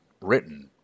written